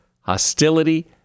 hostility